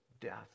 death